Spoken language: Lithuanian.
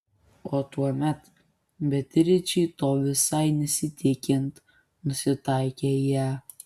o tuomet beatričei to visai nesitikint nusitaikė į ją